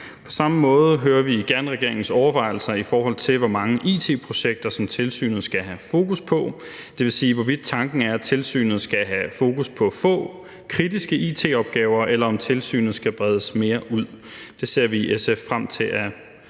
På samme måde hører vi gerne regeringens overvejelser om, hvor mange it-projekter tilsynet skal have fokus på, det vil sige, hvorvidt tanken er, at tilsynet skal have fokus på få, kritiske it-opgaver, eller om tilsynet skal bredes mere ud. Det ser vi i SF frem til at